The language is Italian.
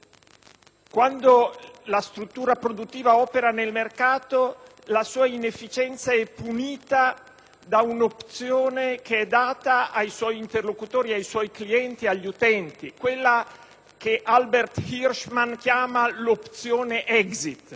Quando la struttura produttiva opera nel mercato, la sua inefficienza è punita da un'opzione che è data ai suoi interlocutori, ai suoi clienti e agli utenti, quella che Albert Hirschman chiama l'opzione *exit*,